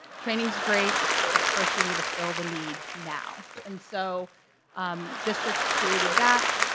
training is grade but first we need to fill the need now. and so um districts created that.